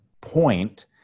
point